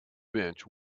bench